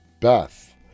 Beth